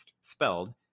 spelled